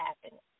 happening